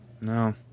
No